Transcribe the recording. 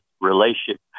relationship